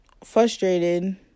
frustrated